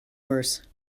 worse